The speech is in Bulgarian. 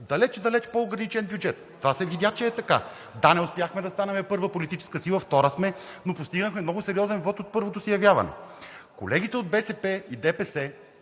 далеч, далечпо-ограничен бюджет. Това се видя, че е така. Да, не успяхме да станем първа политическа сила – втора сме, но постигнахме много сериозен вот от първото си явяване. Колегите от БСП и ДПС